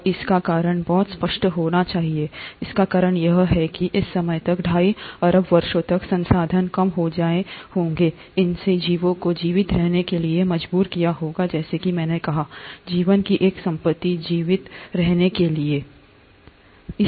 और इसका कारण बहुत स्पष्ट होना चाहिए इसका कारण यह है कि इस समय तक ढाई अरब वर्षों तक संसाधन कम हो गए होंगे इसने जीवों को जीवित रहने के लिए मजबूर किया होगा जैसा कि मैंने कहा जीवन की एक संपत्ति जीवित रहने के लिए है